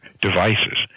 devices